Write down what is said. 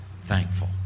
thankful